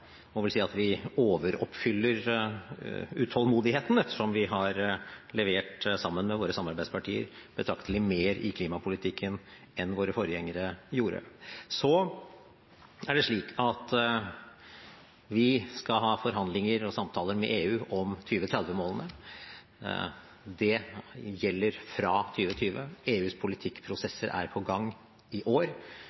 si at vi overoppfyller utålmodigheten, ettersom vi har levert, sammen med våre samarbeidspartier, betraktelig mer i klimapolitikken enn våre forgjengere gjorde. Så er det slik at vi skal ha forhandlinger og samtaler med EU om 2030-målene. Det gjelder fra 2020. EUs